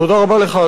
תודה רבה לך.